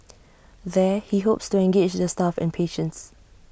there he hopes to engage the staff and patients